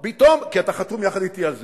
כי אתה חתום יחד אתי על זה.